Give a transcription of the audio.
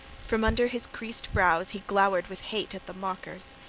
from under his creased brows he glowered with hate at the mockers.